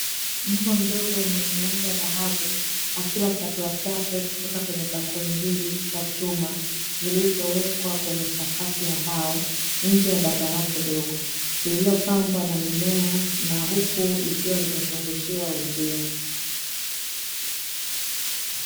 Mbwa mdogo mwenye rangi ya dhahabu, akila chakula chake kutoka kwenye bakuli mbili za chuma, zilizowekwa kwenye sakafu ya mbao; nje ya banda lake dogo, lililopambwa na mimea, na huku likiwa limezungushiwa uzio.